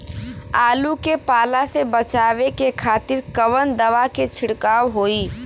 आलू के पाला से बचावे के खातिर कवन दवा के छिड़काव होई?